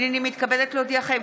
הינני מתכבדת להודיעכם,